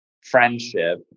friendship